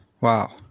Wow